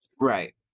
Right